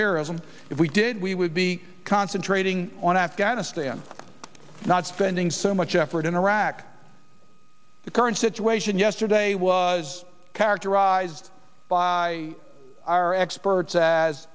terrorism if we did we would be concentrating on afghanistan not spending so much effort in iraq the current situation yesterday was characterized by our experts as